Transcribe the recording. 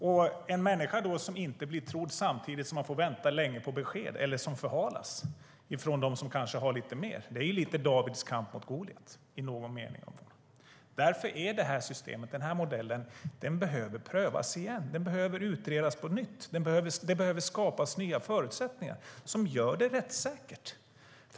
I någon mening är det lite av Davids kamp mot Goliat för en människa som inte blir trodd och som samtidigt får vänta länge på besked eller vars ärende förhalas jämfört med dem som kanske har lite mer. Därför behöver den här modellen prövas igen. Den behöver utredas på nytt, och det behöver skapas nya förutsättningar som gör det rättssäkert.